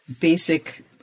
basic